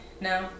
No